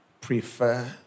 prefer